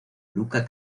luca